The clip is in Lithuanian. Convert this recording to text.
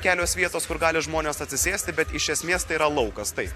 kelios vietos kur gali žmonės atsisėsti bet iš esmės tai yra laukas taip